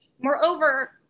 Moreover